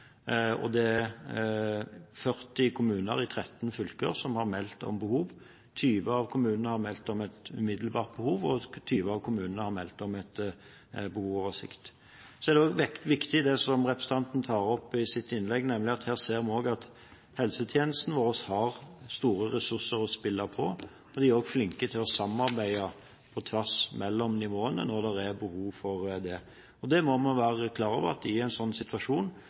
Det er 40 kommuner i 13 fylker som har meldt om behov. 20 av kommunene har meldt om et umiddelbart behov, og 20 av kommunene har meldt om behov på sikt. Det er også viktig det som representanten tar opp i sitt innlegg, nemlig at her ser vi at helsetjenesten vår har store ressurser å spille på. Men de er også flinke til å samarbeide på tvers mellom nivåene når det er behov for det. Man må være klar over at i en slik situasjon